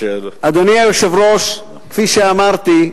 אדוני היושב-ראש, כפי שאמרתי,